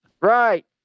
Right